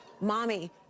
Mommy